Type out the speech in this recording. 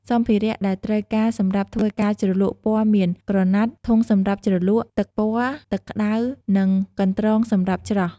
សម្ភារៈដែលត្រូវការសម្រាប់ធ្វើការជ្រលក់ពណ៌មាន ក្រណាត់ ធុងសម្រាប់ជ្រលក់ ទឹកពណ៌ ទឹកក្ដៅ និង កន្រង់សម្រាប់ច្រោះ។